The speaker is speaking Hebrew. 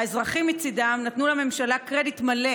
האזרחים מצידם נתנו לממשלה קרדיט מלא